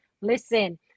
listen